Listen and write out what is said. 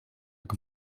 jak